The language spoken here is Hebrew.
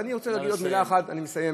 ואני רוצה להגיד עוד מילה אחת, נא לסיים.